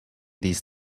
these